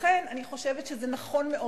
לכן אני חושבת שזה נכון מאוד.